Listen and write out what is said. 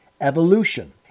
evolution